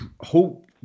hope